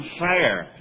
fire